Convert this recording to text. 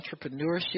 entrepreneurship